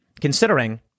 considering